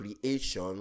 creation